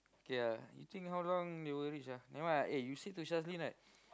okay lah you think how long they will reach ah nevermind ah eh you said to Shazlin right